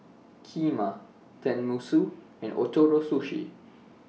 Kheema Tenmusu and Ootoro Sushi